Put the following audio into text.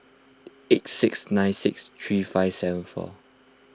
eight six nine six three five seven four